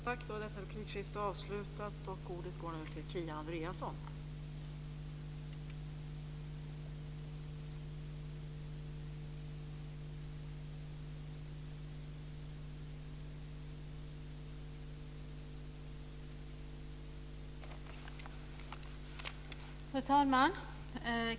Fru talman!